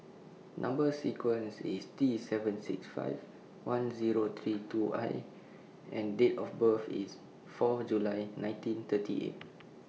Number sequence IS T seven six five one Zero three two I and Date of birth IS four July nineteen thirty eight